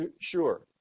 sure